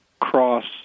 cross